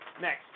next